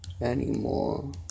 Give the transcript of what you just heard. anymore